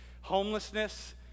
homelessness